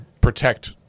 protect